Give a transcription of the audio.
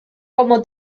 como